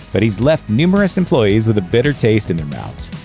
but he's left numerous employees with a bitter taste in their mouths.